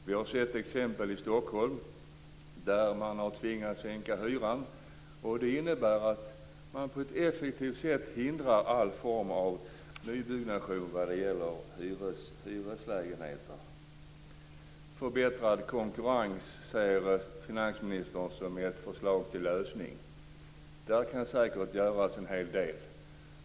Vi har sett exempel i Stockholm där man har tvingats sänka hyran. Det innebär att man på ett effektivt sätt hindrar all form av nybyggnation när det gäller hyreslägenheter. Förbättrad konkurrens ger finansministern som ett förslag till lösning. Där kan säkert göras en hel del.